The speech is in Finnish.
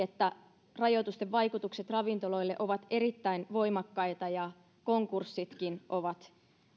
ymmärrämme että rajoitusten vaikutukset ravintoloille ovat erittäin voimakkaita ja konkurssitkin ovat